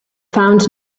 found